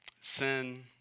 sin